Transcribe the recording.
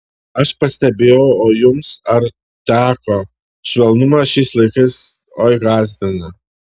aš pastebėjau o jums ar teko švelnumas šiais laikais oi gąsdina